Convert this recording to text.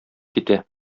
китә